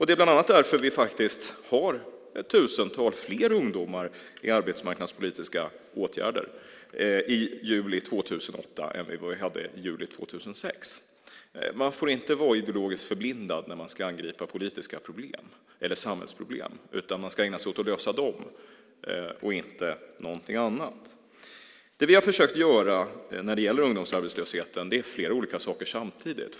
Det är bland annat därför vi har ett tusental fler ungdomar i arbetsmarknadspolitiska åtgärder juli 2008 än vi hade juli 2006. Man får inte vara ideologiskt förblindad när man ska angripa politiska problem eller samhällsproblem, utan man ska ägna sig åt att lösa dem och inte någonting annat. Det vi har försökt göra när det gäller ungdomsarbetslösheten är flera olika saker samtidigt.